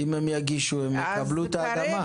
אם הם יגישו הם יקבלו את האדמה.